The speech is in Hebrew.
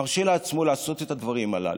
מרשה לעצמו לעשות את הדברים הללו.